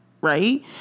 right